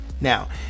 Now